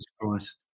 christ